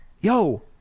Yo